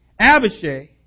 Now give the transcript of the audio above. Abishai